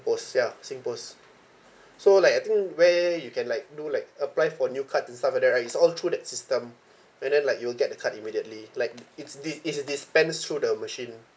singpost ya singpost so like I think where you can like do like apply for new card and stuff like that right it's all through that system and then like you'll get the card immediately like it's di~ it's dispensed through the machine